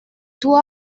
two